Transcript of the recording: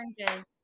oranges